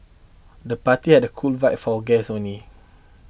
the party had a cool why for guests only